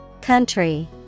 Country